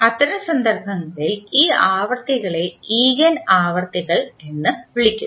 അത്തരം സന്ദർഭങ്ങളിൽ ഈ ആവൃത്തികളെ ഈഗൻ ആവൃത്തികൾ എന്ന് വിളിക്കുന്നു